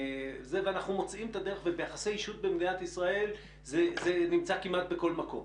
ואנחנו מוצאים את הדרך ביחסי אישות במדינת ישראל זה נמצא כמעט בכל מקום.